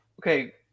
okay